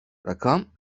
rakam